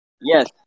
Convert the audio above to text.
Yes